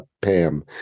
Pam